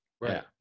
right